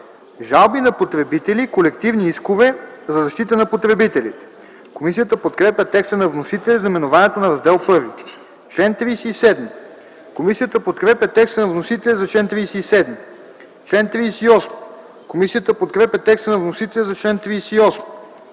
Жалби на потребители. Колективни искове за защита на потребителите.” Комисията подкрепя текста на вносителя за наименованието на Раздел І. Комисията подкрепя текста на вносителя за чл. 37. Комисията подкрепя текста на вносителя за чл. 38.